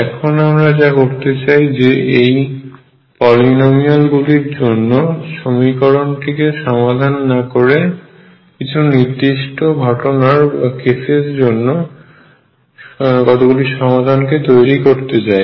এখন আমরা যা করতে চাই যে এই পলিনোমিয়াল গুলির জন্য সমীকরণটিকে সমাধান না করে কিছু নির্দিষ্ট ঘটনার জন্য কতগুলি সমাধানকে তৈরি করতে চাই